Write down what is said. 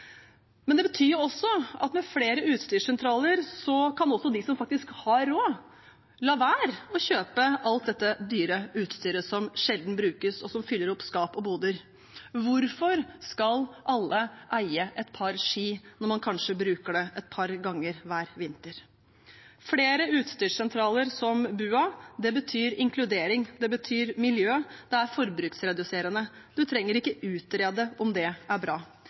Men det betyr også at med flere utstyrssentraler kan også de som faktisk har råd, la være å kjøpe alt dette dyre utstyret som sjelden brukes, og som fyller opp skap og boder. Hvorfor skal alle eie et par ski når man kanskje bruker dem et par ganger hver vinter? Flere utstyrssentraler som BUA betyr inkludering, det betyr miljø, og det er forbruksreduserende. Man trenger ikke utrede om det er bra.